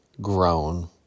grown